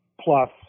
plus